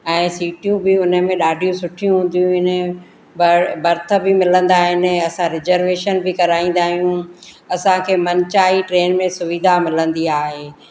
ऐं सीटियूं बि उन में ॾाढियूं सुठियूं हूंदियूं आहिनि बर बर्थ बि मिलंदा आहिनि असां रिजरवेशन बि कराईंदा आहियूं असांखे मनु चाही ट्रेन में सुविधा मिलंदी आहे